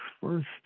first